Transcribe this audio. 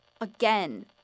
again